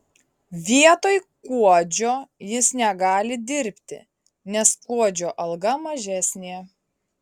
vietoj kuodžio jis negali dirbti nes kuodžio alga mažesnė